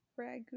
ragu